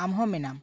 ᱟᱢ ᱦᱚᱸ ᱢᱮᱱᱟᱢ